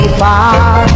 far